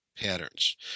patterns